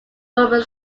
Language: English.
roman